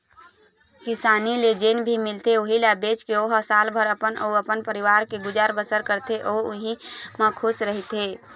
किसानी ले जेन भी मिलथे उहीं ल बेचके ओ ह सालभर अपन अउ अपन परवार के गुजर बसर करथे अउ उहीं म खुस रहिथे